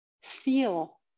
feel